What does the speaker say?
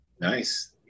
Nice